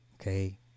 Okay